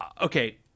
Okay